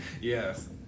Yes